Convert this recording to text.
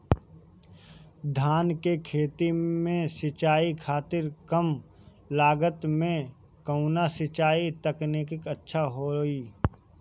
धान के खेती में सिंचाई खातिर कम लागत में कउन सिंचाई तकनीक अच्छा होई?